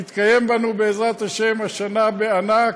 יתקיים בנו, בעזרת השם, השנה בענק,